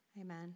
Amen